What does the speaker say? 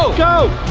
so go!